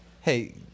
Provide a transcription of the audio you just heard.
Hey